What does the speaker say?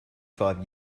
five